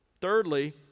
Thirdly